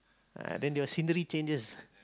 uh then your scenery changes